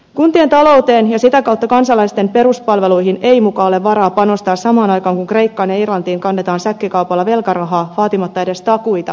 kuntien talouteen ja sitä kautta kansalaisten peruspalveluihin ei muka ole varaa panostaa samaan aikaan kun kreikkaan ja irlantiin kannetaan säkkikaupalla velkarahaa vaatimatta edes takuita takaisinmaksusta